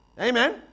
Amen